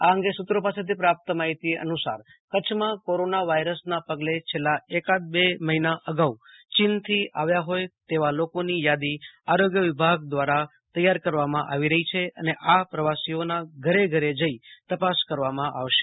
આ અંગે સુત્રો પાસેથી પ્રાપ્ત માહિતી અનુસાર કરછમાં કોરોના વાયરસ પગલે છેલ્લા એકાદ બે મફિના આગાઉ ચીનથી આવ્યા હોય તેવા લોકોની યાદી આરોગ્ય વિભાગ દ્વારા તૈયાર કરવામાં આવી રહી છે અને આ પ્રવાસીઓનાં ઘરે ઘરે જઈ તપાસ કરવામાં આવશે